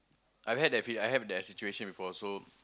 I've had that feeling I've had that situation before so